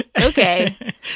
Okay